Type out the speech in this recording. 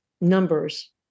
numbers